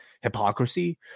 hypocrisy